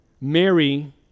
Mary